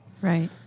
Right